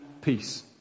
peace